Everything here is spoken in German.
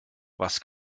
was